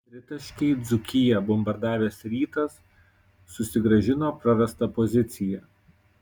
tritaškiai dzūkiją bombardavęs rytas susigrąžino prarastą poziciją